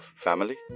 family